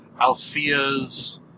Althea's